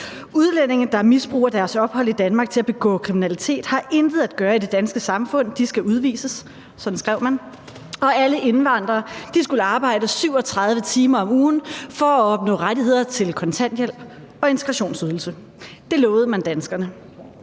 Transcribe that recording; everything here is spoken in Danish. Udlændinge, der misbruger deres ophold i Danmark til at begå kriminalitet, har intet at gøre i det danske samfund, de skal udvises. Sådan skrev man. Og alle indvandrere skulle arbejde 37 timer om ugen for at opnå rettighed til kontanthjælp og integrationsydelse. Det lovede man danskerne.